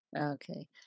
okay